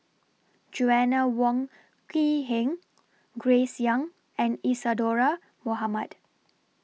Joanna Wong Quee Heng Grace Young and Isadhora Mohamed